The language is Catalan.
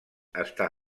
està